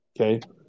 okay